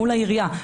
מול העירייה.